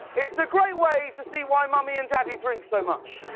it's a great way to see why mommy and daddy drink so much.